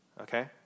okay